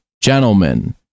gentlemen